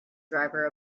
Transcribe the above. driver